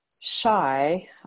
shy